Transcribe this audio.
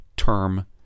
Term